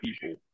people